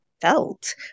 felt